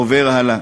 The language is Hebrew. עובר הלאה.